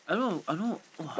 I don't know I don't know !wah!